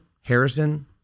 Harrison